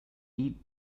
eat